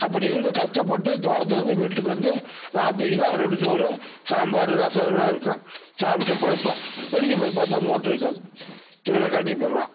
அப்படியிருந்து கஷ்டப்பட்டு தோட்டத்துலேருந்து வீட்டுக்கு வந்து இராத்திரிக்குதான் ஒரு ரெண்டு சோறு சாம்பார் ரசம் இது மாதிரி இருக்கும் சாப்பிட்டு படுப்போம் விடிஞ்சு போய் பார்த்தா மோட்ரு இருக்காது திருடன் கழட்டிகிட்டு போயிடுவான்